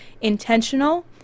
intentional